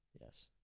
Yes